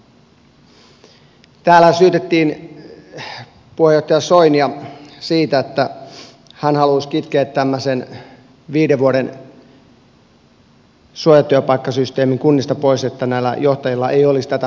täällä syytettiin puheenjohtaja soinia siitä että hän halusi kitkeä tämmöisen viiden vuoden suojatyöpaikkasysteemin kunnista pois että näillä johtajilla ei olisi tätä hommaa